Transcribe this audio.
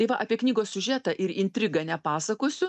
tai va apie knygos siužetą ir intrigą nepasakosiu